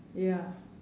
ya